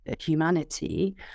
Humanity